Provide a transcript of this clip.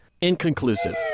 inconclusive